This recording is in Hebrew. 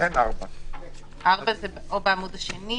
אולי עדיף להשאיר את זה כהוראת שעה בשלב